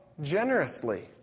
generously